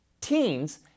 teens